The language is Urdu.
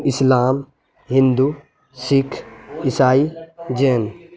اسلام ہندو سکھ عیسائی جین